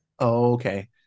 okay